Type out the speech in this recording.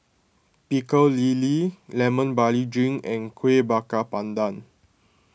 Pecel Lele Lemon Barley Drink and Kueh Bakar Pandan